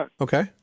Okay